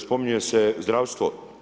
Spominje se zdravstvo.